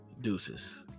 deuces